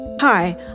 Hi